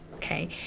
Okay